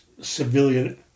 civilian